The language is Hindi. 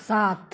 सात